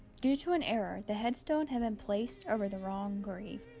due to an error, the headstone had been placed over the wrong grave.